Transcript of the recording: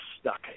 stuck